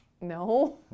No